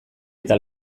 eta